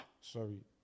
Sorry